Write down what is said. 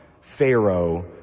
Pharaoh